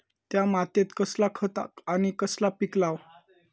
त्या मात्येत कसला खत आणि कसला पीक लाव?